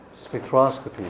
spectroscopy